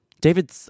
David